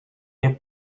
nie